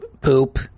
poop –